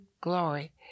glory